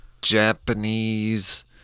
Japanese